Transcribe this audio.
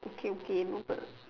okay okay noted